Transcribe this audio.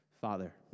Father